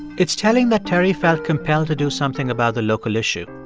it's telling that terry felt compelled to do something about the local issue.